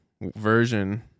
version